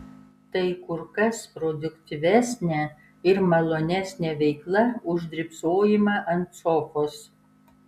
tai kur kas produktyvesnė ir malonesnė veikla už drybsojimą ant sofos